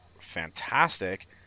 fantastic